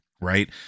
right